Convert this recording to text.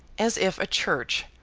as if a church,